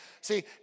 See